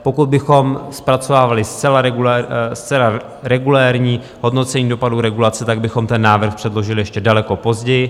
Pokud bychom zpracovávali zcela regulérní hodnocení dopadů regulace, tak bychom ten návrh předložili ještě daleko později.